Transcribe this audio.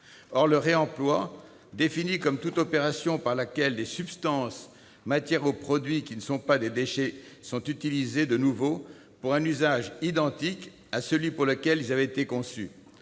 Or le réemploi, défini comme toute opération par laquelle des substances, matières ou produits qui ne sont pas des déchets sont utilisés de nouveau pour un usage identique à celui pour lequel ils avaient été conçus,